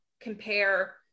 compare